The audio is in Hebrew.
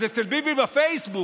אז אצל ביבי בפייסבוק